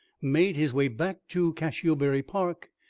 made his way back to cashiobury park,